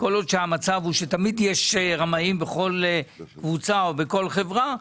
כל עוד המצב הוא שתמיד יש רמאים בכל קבוצה או בכל חברה,